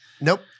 Nope